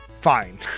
fine